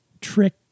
trick